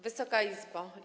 Wysoka Izbo!